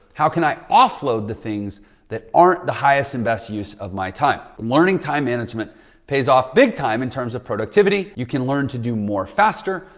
how can i offload the things that aren't the highest and best use of my time? learning time management pays off big time in terms of productivity you can learn to do more faster.